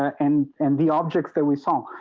and and the objects that we saw,